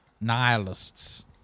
Nihilists